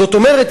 זאת אומרת,